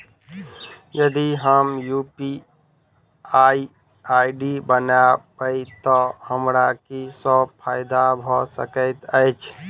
यदि हम UPI ID बनाबै तऽ हमरा की सब फायदा भऽ सकैत अछि?